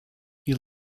you